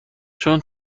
چون